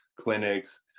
clinics